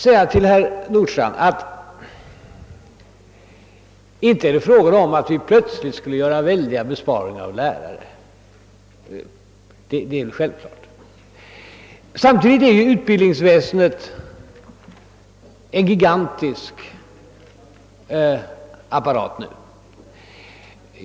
säga till herr Nordstrandh att 'det: inte är fråga om att vi plötsligt skule. göra väldiga inbesparingar av lärare. Det är självklart. Samtidigt är det dock så, att utbildningsväsendet i dag är en gigantisk apparat.